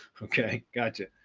okay, gotcha.